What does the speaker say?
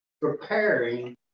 preparing